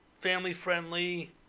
family-friendly